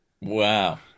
Wow